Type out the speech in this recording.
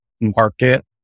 market